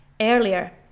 earlier